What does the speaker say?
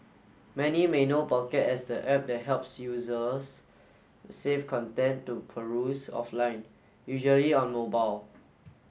many may know pocket as the app that helps users save content to peruse offline usually on mobile